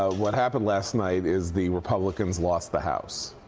ah what happened last night is the republicans lost the house.